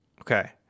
Okay